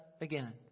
again